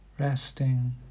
Resting